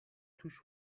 توش